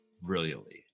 brilliantly